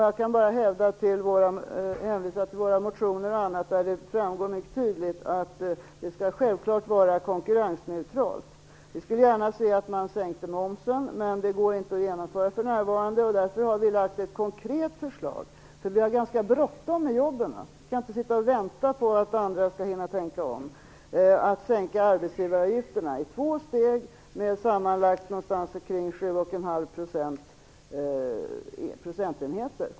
Jag kan bara hänvisa till Folkpartiets motioner och annat där det framgår mycket tydligt att vi självfallet skall vara konkurrensneutrala. Vi skulle gärna se att man sänkte momsen, men det går inte att genomföra för närvarande. Därför har vi lagt fram ett konkret förslag, eftersom det är bråttom med jobben. Vi kan inte sitta och vänta på att andra skall hinna tänka om. Vi vill sänka arbetsgivaravgifterna i två steg med sammanlagt ca 7,5 procentenheter.